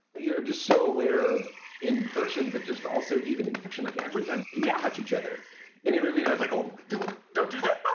you're just so aware in person, but just also even in fiction. like every time we yeah catch each other in a movie, i was like, oh, don't don't do that.